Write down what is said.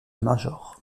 major